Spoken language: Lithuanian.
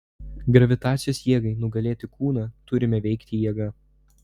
gravitacijos jėgai nugalėti kūną turime veikti jėga